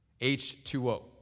H2O